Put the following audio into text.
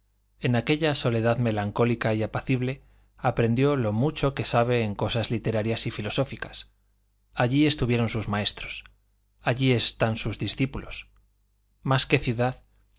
en aquella soledad melancólica y apacible aprendió lo mucho que sabe en cosas literarias y filosóficas allí estuvieron sus maestros allí están sus discípulos más que ciudad